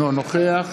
אינו נוכח